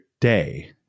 day